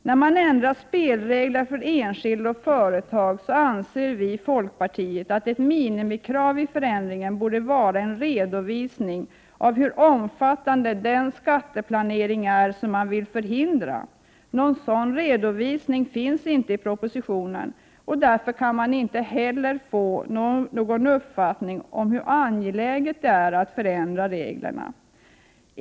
När man ändrar spelregler för enskilda och företag anser vi i folkpartiet att ett minimikrav vid förändringen borde vara en redovisning av hur omfattande den skatteplanering är som man vill förhindra. Någon sådan redovisning finns inte i propositionen, och därför kan man inte heller få någon uppfattning om hur angeläget det är att förändra reglerna.